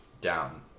down